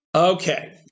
Okay